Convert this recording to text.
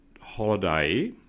holiday